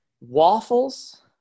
Waffles